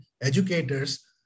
educators